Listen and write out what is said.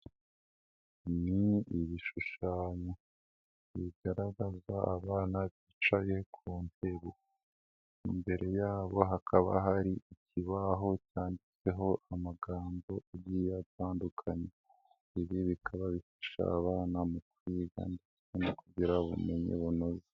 Ni ni ibishushanyo bigaragaza abana bicaye ku ntebe, imbere yabo hakaba hari ikibaho cyanditseho amagambo agiye atandukanya, ibi bikaba bifasha abana mu kwiga ndetse no kugira ubumenyi bunoze.